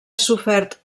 sofert